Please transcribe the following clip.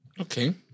Okay